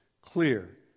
clear